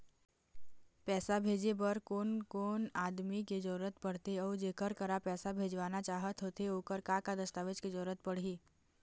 पैसा भेजे बार कोन कोन आदमी के जरूरत पड़ते अऊ जेकर करा पैसा भेजवाना चाहत होथे ओकर का का दस्तावेज के जरूरत पड़ही?